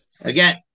again